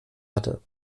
hatte